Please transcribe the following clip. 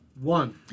one